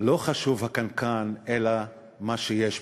לא חשוב הקנקן אלא מה שיש בו,